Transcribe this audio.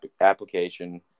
application